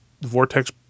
vortex